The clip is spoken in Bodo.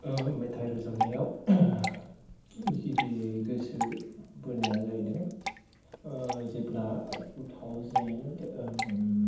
मेथाइ रोजाबनायाव गिबियै गोसो बोनाया जाहैदों जेब्ला टु थावजेन्ड